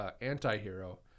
anti-hero